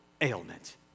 ailment